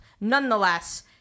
nonetheless